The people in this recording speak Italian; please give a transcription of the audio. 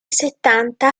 settanta